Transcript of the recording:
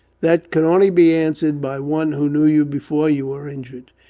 that could only be answered by one who knew you before you were injured.